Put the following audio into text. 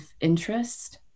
interest